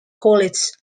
college